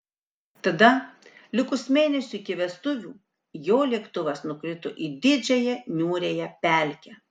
tada likus mėnesiui iki vestuvių jo lėktuvas nukrito į didžiąją niūriąją pelkę